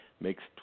makes